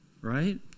right